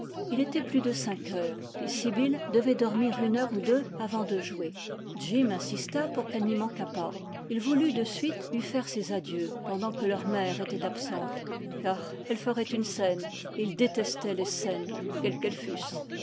il était plus de cinq heures et sibyl devait dormir une heure ou deux avant de jouer jim insista pour qu'elle n'y manquât pas il voulut de suite lui faire ses adieux pendant que leur mère était absente car elle ferait une scène et il détestait les scènes quelles qu'elles fussent